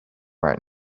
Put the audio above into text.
right